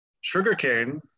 sugarcane